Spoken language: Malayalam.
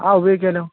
ആ ഉപയോഗിക്കാമല്ലോ